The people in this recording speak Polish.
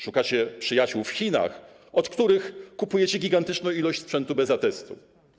Szukacie przyjaciół w Chinach, od których kupujecie gigantyczną ilość sprzętu bez atestu.